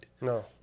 No